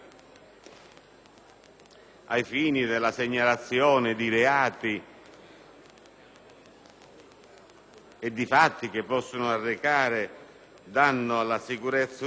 ai fini della segnalazione di reati e di fatti che possono arrecare danno alla sicurezza urbana.